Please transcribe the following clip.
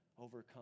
overcome